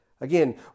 Again